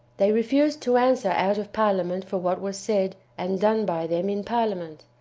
they refused to answer out of parliament for what was said and done by them in parliament.